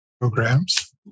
programs